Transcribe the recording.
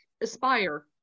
aspire